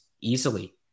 easily